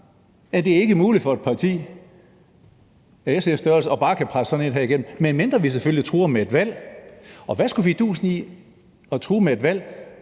at det ikke er muligt for et parti af SF's størrelse bare at kunne presse det her igennem, medmindre vi selvfølgelig truer med valg. Og hvad skulle fidusen være i at true med et valg,